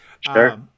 Sure